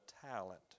talent